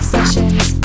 Sessions